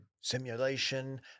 Simulation